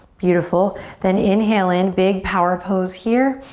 beautiful then inhale in. big power pose here.